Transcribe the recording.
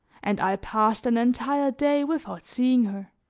and i passed an entire day without seeing her.